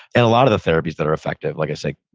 and a lot of the therapies that are effective, like i say,